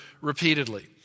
repeatedly